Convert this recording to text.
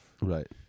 right